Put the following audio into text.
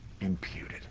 imputed